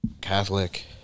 Catholic